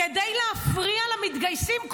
כדי להפריע למתגייסים.